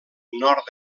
nord